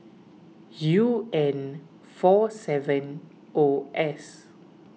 U N four seven O S